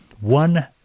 one